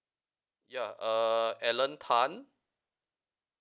ya err alan tan